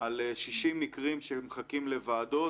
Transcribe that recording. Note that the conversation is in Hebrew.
על 60 מקרים שמחכים לוועדות,